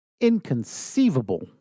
inconceivable